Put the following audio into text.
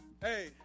Hey